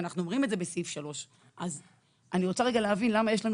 ואנחנו אומרים את זה בסעיף 3. אני רוצה להבין למה יש לנו